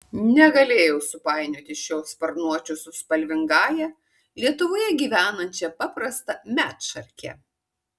negalėjau supainioti šio sparnuočio su spalvingąja lietuvoje gyvenančia paprasta medšarke